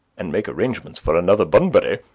and make arrangements for another bunbury.